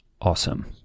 Awesome